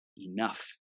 enough